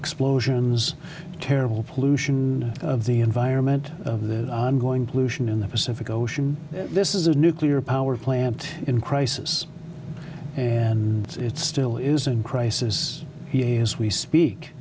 explosions terrible pollution of the environment of the ongoing pollution in the pacific ocean this is a nuclear power plant in crisis and it's still is in crisis as we speak